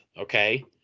Okay